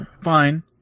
fine